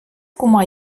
кума